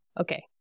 Okay